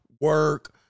work